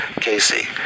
Casey